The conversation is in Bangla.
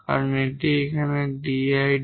কারণ এটি এখানে 𝑑𝐼 𝑑𝑥